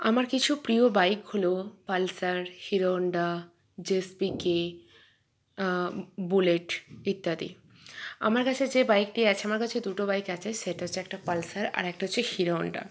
আমার কিছু প্রিয় বাইক হল পালসার হিরো হন্ডা জেসপিকে বুলেট ইত্যাদি আমার কাছে যে বাইকটি আছে আমার কাছে দুটো বাইক আছে সেটা হচ্ছে একটা পালসার আর একটা হচ্ছে হিরো হন্ডা